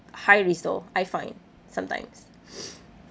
high risk though I find sometimes